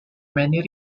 many